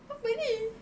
apa ni